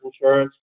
insurance